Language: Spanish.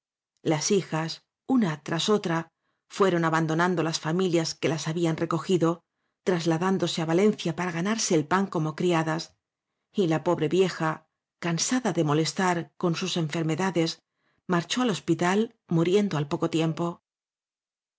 las hijas una tras otra fueron abando nando las familias que las habían recogido trasladándose á valencia para ganarse el pan omo criadas y la pobre vieja cansada de mo lestar con sus enfermedades marchó al hos pital muriendo al poco tiempo